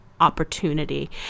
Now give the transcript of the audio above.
opportunity